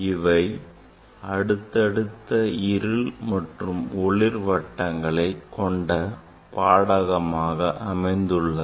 இவை அடுத்தடுத்த இருள் மற்றும் ஒளிர் வட்டங்களை கொண்ட பாடகமாக அமைந்துள்ளது